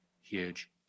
huge